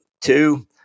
two